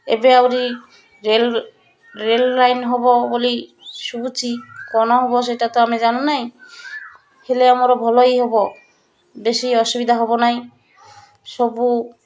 ଏବେ ଆହୁରି rail rail line ହବ ବୋଲି ଶୁଭୁଛି କ'ଣ ହବ ସେଟା ତ ଆମେ ଜାଣୁ ନାହିଁ ହେଲେ ଆମର ଭଲ ହିଁ ହବ ବେଶୀ ଅସୁବିଧା ହବ ନାହିଁ ସବୁ